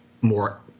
more